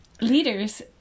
leaders